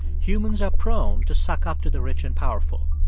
humans are prone to suck up to the rich and powerful,